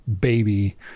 baby